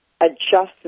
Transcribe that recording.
adjustment